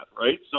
right